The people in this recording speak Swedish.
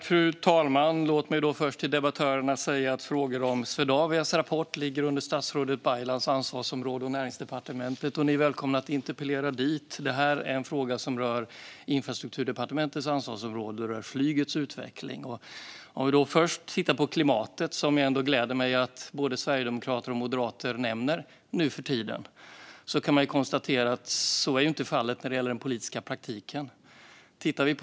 Fru talman! Låt mig först till debattörerna säga att frågor om Swedavias rapport hör till statsrådet Baylans ansvarområde och Näringsdepartementet. Ni är välkomna att interpellera dit. Det vi nu debatterar rör dock Infrastrukturdepartementets ansvarsområde och flygets utveckling. Det gläder mig att både sverigedemokrater och moderater nu för tiden nämner klimatet, men man kan konstatera att så inte är fallet när det gäller den politiska praktiken.